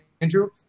Andrew